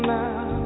now